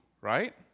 right